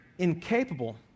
incapable